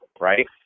right